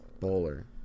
Bowler